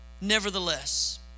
nevertheless